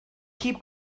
keep